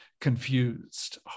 confused